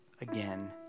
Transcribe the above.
again